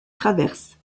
traverse